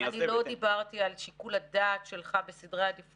אני לא דיברתי על שיקול הדעת שלך בסדרי העדיפויות,